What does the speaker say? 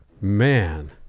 Man